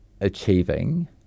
achieving